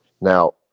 Now